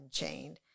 unchained